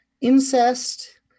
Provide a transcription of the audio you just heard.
incest